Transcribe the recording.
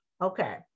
okay